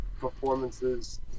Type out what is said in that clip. performances